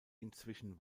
inzwischen